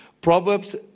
Proverbs